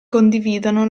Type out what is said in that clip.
condividano